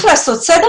צריך כבר לעשות סדר.